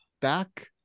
back